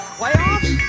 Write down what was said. playoffs